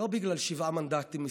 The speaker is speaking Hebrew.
לא בגלל שבעה מנדטים מסכנים,